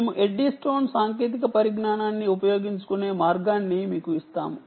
మేము ఎడ్డీస్టోన్ సాంకేతిక పరిజ్ఞానాన్ని ఉపయోగించుకునే మార్గాన్ని మీకుఇస్తాము